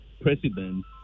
president